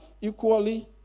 equally